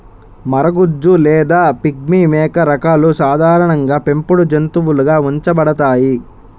మరగుజ్జు లేదా పిగ్మీ మేక రకాలు సాధారణంగా పెంపుడు జంతువులుగా ఉంచబడతాయి